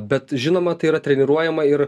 bet žinoma tai yra treniruojama ir